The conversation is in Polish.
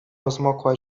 rozmokła